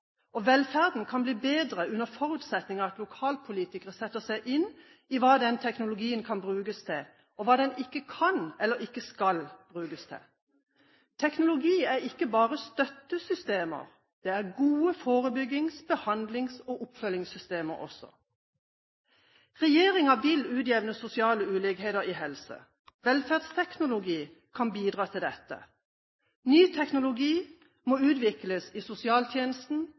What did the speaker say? ipad. Velferden kan bli bedre under forutsetning av at lokalpolitikere setter seg inn i hva denne teknologien kan brukes til, og hva den ikke kan eller ikke skal brukes til. Teknologi er ikke bare støttesystemer, det er gode forebyggings-, behandlings- og oppfølgingssystemer også. Regjeringen vil utjevne sosiale ulikheter innen helse. Velferdsteknologi kan bidra til dette. Ny teknologi må utvikles i sosialtjenesten,